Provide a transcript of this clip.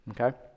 Okay